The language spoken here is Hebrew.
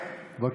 בבקשה.